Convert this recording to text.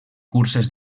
curses